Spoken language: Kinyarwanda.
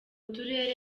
turere